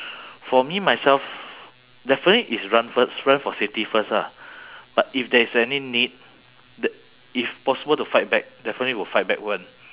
for me myself definitely it's run first run for safety first ah but if there is any need t~ if possible to fight back definitely will fight back [one]